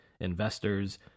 investors